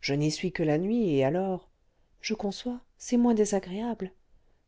je n'y suis que la nuit et alors je conçois c'est moins désagréable